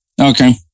Okay